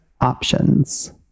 options